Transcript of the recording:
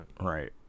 Right